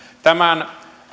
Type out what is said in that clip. tämän